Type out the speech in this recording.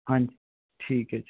ਹਾਂਜੀ ਠੀਕ ਹੈ ਜੀ